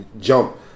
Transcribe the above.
Jump